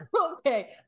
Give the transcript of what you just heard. okay